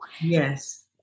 Yes